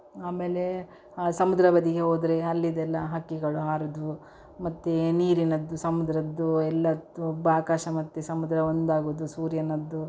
ಆಮೇಲೆ ಸಮುದ್ರ ಬದಿಗೆ ಹೋದರೆ ಅಲ್ಲಿದೆಲ್ಲ ಹಕ್ಕಿಗಳು ಹಾರುದು ಮತ್ತು ನೀರಿನದ್ದು ಸಮುದ್ರದ್ದು ಎಲ್ಲದ್ದು ಆಕಾಶ ಮತ್ತು ಸಮುದ್ರ ಒಂದಾಗುದು ಸೂರ್ಯನದ್ದು